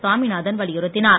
சாமிநாதன் வலியுறுத்தினார்